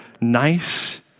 nice